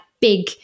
big